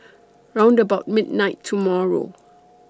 round about midnight tomorrow